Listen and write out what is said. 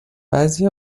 بعضی